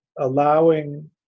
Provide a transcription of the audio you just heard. allowing